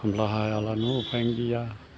खामला हायालानो उफायनो गैया